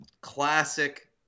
Classic